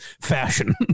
fashion